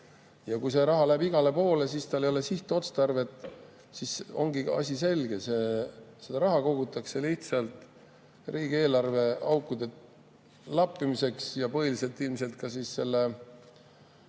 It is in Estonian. Kui see raha läheb igale poole, siis tal ei ole sihtotstarvet. Siis ongi asi selge: seda raha kogutakse lihtsalt riigieelarve aukude lappimiseks ja ilmselt ka selle